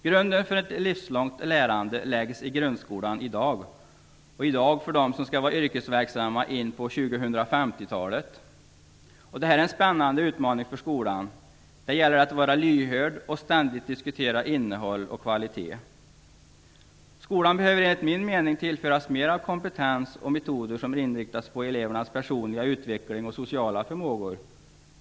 Grunden för ett livslångt lärande läggs i dag i grundskolan för dem som skall vara yrkesverksamma in på 2050-talet. Det är en spännande utmaning för skolan där det gäller att vara lyhörd och att ständigt diskutera innehåll och kvalitet. Skolan behöver enligt min mening tillföras mer av kompetens och metoder som inriktas på elevernas personliga utveckling och sociala förmåga.